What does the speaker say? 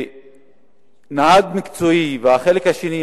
החלק השני,